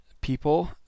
people